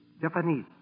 Japanese